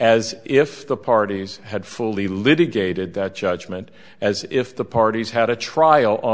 as if the parties had fully litigated that judgement as if the parties had a trial on